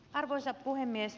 arvoisa puhemies